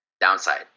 downside